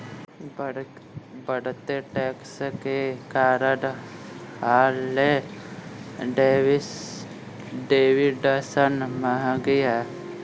बढ़ते टैक्स के कारण हार्ले डेविडसन महंगी हैं